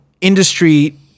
industry